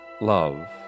love